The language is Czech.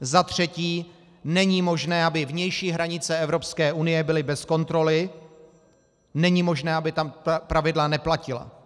Za třetí, není možné, aby vnější hranice Evropské unie byly bez kontroly, není možné, aby tam pravidla neplatila.